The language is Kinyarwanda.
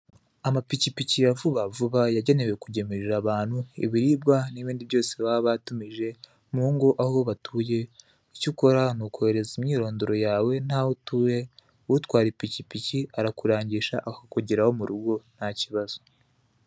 Amapikipiki ya vuba vuba yagenewe kugemurira abantu ibiribwa n'ibindi byose baba batumije, mu ngo aho batuye icyo ukora ni ukohereza imyirondoro yawe, n'aho utuye utwara ipikipiki arakurangisha akakugeraho mu rugo ntakibazo